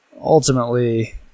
ultimately